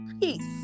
peace